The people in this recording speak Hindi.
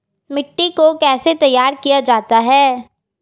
मिट्टी को कैसे तैयार किया जाता है?